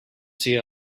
sia